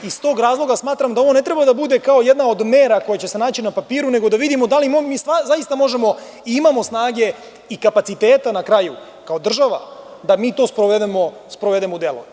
Iz tog razloga smatram da ovo ne treba da bude kao jedna od mera koja će se naći na papiru, nego da vidimo da li mi zaista možemo i imamo snage i kapaciteta na kraju kao država da mi to sprovedemo u delu.